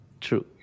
True